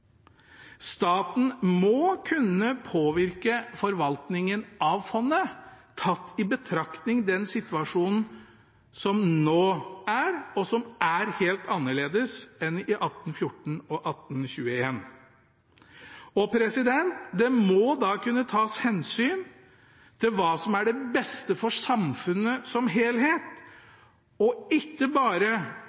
Staten må kunne påvirke forvaltningen av fondet, tatt i betraktning den situasjonen som nå er, som er helt annerledes enn i 1814 og i 1821. Det må da kunne tas hensyn til hva som er det beste for samfunnet som helhet, og ikke bare